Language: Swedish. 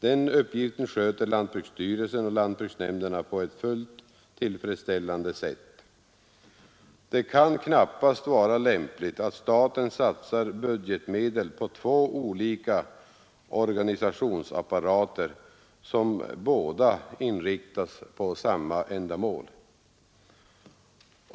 Den uppgiften sköter lantbruksstyrelsen och lantbruksnämnderna på ett fullt tillfredsställande sätt. Det kan knappast vara lämpligt att staten satsar budgetmedel på två olika organisationsapparater, som båda inriktas på samma ändamål.